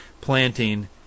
planting